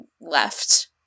left